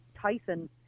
Tyson